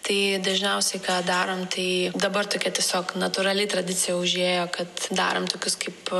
tai dažniausiai ką darom tai dabar tokia tiesiog natūraliai tradicija užėjo kad darom tokius kaip